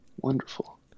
Wonderful